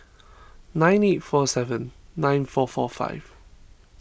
nine eight four seven nine four four five